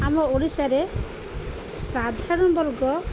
ଆମ ଓଡ଼ିଶାରେ ସାଧାରଣ ବର୍ଗ